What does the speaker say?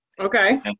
Okay